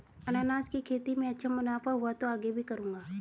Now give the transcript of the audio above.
अनन्नास की खेती में अच्छा मुनाफा हुआ तो आगे भी करूंगा